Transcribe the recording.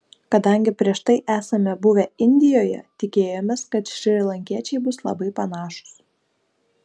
kadangi prieš tai esame buvę indijoje tikėjomės kad šrilankiečiai bus labai panašūs